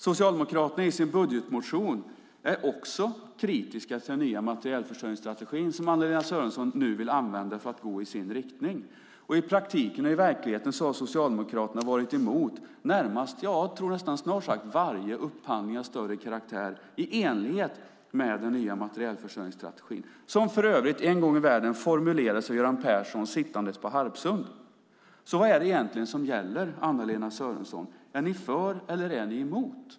Socialdemokraterna är också i sin budgetmotion kritiska till den nya materielförsörjningsstrategin, som Anna-Lena Sörenson nu vill använda för att gå i sin riktning. I praktiken och i verkligheten har Socialdemokraterna varit emot snart sagt varje upphandling av större karaktär i enlighet med den nya materielförsörjningsstrategin, som för övrigt en gång i världen formulerades av Göran Persson sittandes på Harpsund. Vad är det egentligen som gäller, Anna-Lena Sörenson? Är ni för eller är ni emot?